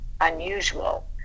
unusual